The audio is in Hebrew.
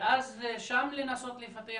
ואז שם לנסות לפתח